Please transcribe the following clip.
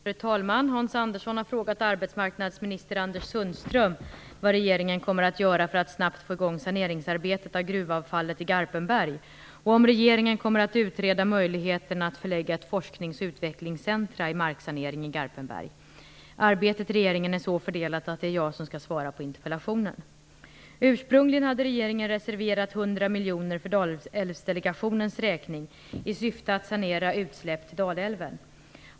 Fru talman! Hans Andersson har frågat arbetsmarknadsminister Anders Sundström vad regeringen kommer att göra för att snabbt få i gång arbetet med sanering av gruvavfallet i Garpenberg och om regeringen kommer att utreda möjligheterna att förlägga ett forsknings och utvecklingscentrum i marksanering till Garpenberg. Arbetet i regeringen är så fördelat att det är jag som skall svara på interpellationen. miljoner kronor för Dalälvsdelegationens räkning i syfte att sanera utsläpp till Dalälven.